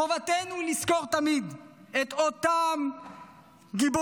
חובתנו היא לזכור תמיד את אותם גיבורים,